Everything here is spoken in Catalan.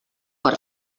per